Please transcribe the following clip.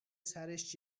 سرش